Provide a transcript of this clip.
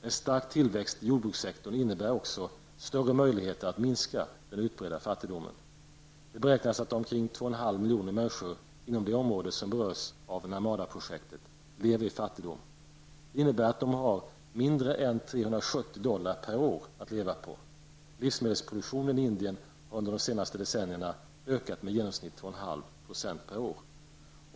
En stark tillväxt i jordbrukssektorn innebär också större möjligheter att minska den utbredda fattigdomen. Det beräknas att omkring 2,5 milj. människor inom det område som berörs av Narmadaprojektet lever i fattigdom. Det innebär att de har mindre än 370 dollar per år att leva på. Livsmedelsproduktionen i Indien har under de senaste decennierna ökat med i genomsnitt 2,5 % per år.